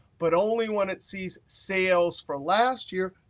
but only when it sees sales from last year,